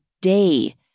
day